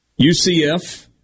UCF